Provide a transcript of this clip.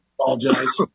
apologize